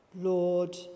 Lord